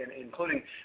including